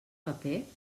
paper